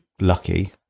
lucky